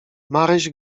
maryś